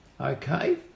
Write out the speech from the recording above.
Okay